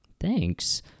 Thanks